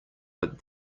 but